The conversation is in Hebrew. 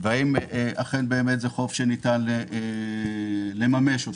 ניתן לממש אותו.